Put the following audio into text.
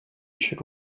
should